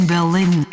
Berlin